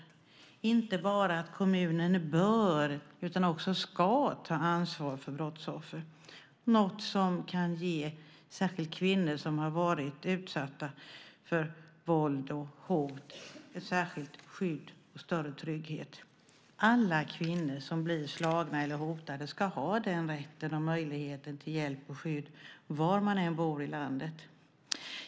Det ska stå inte bara att kommunen "bör" utan också "ska" ta ansvar för brottsoffer, något som kan ge speciellt kvinnor som har varit utsatta för våld och hot särskilt skydd och större trygghet. Alla kvinnor som blir slagna eller hotade ska ha den rätten och möjligheten till hjälp och skydd, var man än bor i landet.